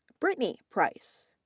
brittany price.